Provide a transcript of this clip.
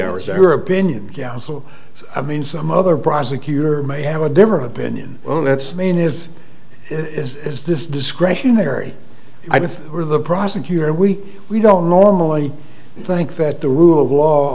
hours or opinion counsel i mean some other prosecutor may have a different opinion well that's mean is this is this discretionary i do or the prosecutor and we we don't normally think that the rule of law